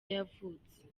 yavutse